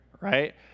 right